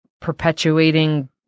perpetuating